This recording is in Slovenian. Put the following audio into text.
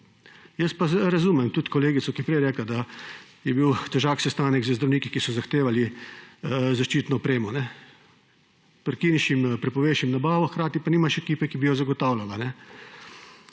Razumem pa tudi kolegico, ki je prej rekla, da je bil težak sestanek z zdravniki, ki so zahtevali zaščitno opremo. Prepoveš jim nabavo, hkrati pa nimaš ekipe, ki bi jo zagotavljala.